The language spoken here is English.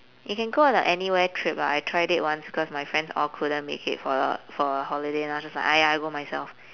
you can go on a anywhere trip lah I tried it once because my friends all couldn't make it for a for a holiday lah I was just like !aiya! I go myself